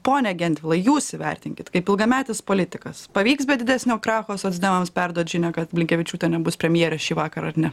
pone gentvilai jūs įvertinkit kaip ilgametis politikas pavyks be didesnio kracho socdemams perduot žinią kad blinkevičiūtė nebus premjerė šįvakar ar ne